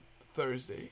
Thursday